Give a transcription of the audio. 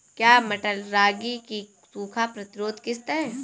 क्या मटर रागी की सूखा प्रतिरोध किश्त है?